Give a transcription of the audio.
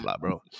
bro